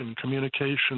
communication